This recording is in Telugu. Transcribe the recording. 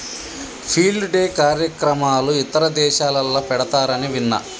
ఫీల్డ్ డే కార్యక్రమాలు ఇతర దేశాలల్ల పెడతారని విన్న